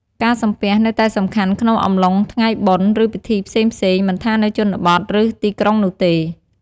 ការសំពះ នៅតែសំខាន់ក្នុងអំឡុង ថ្ងៃបុណ្យ ឬពិធីផ្សេងៗ មិនថានៅជនបទ ឬ ទីក្រុងនោះទេ។